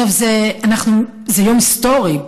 זה היה יום היסטורי,